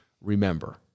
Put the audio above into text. Remember